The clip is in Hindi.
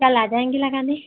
कल आ जाएँगे लगाने